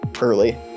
early